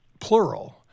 plural –